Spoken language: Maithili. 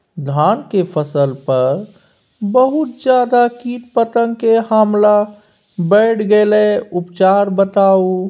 धान के फसल पर बहुत ज्यादा कीट पतंग के हमला बईढ़ गेलईय उपचार बताउ?